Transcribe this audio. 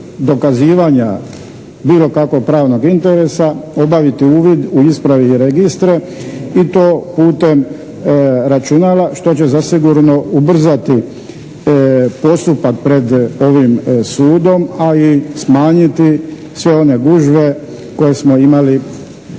dokazivanja bilo kakvog pravnog interesa obaviti uvid u ispravi i registre i to putem računala što će zasigurno ubrzati postupak pred ovim sudom, a i smanjiti sve one gužve koje smo imali